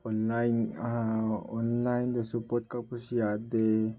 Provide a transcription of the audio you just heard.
online ꯑꯣꯟꯂꯥꯏꯟꯗꯁꯨ ꯄꯣꯠ ꯀꯛꯄꯁꯨ ꯌꯥꯗꯦ